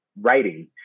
writing